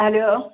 hello